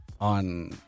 on